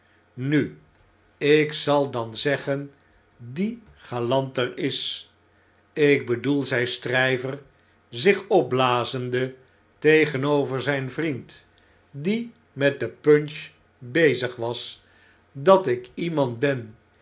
nu ik zal dan zeggen die galanter is ik bedoel zei stryver zich opblazende tegenover zp vriend die met de punch bezig was dat ik iemand ben